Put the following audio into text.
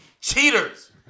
Cheaters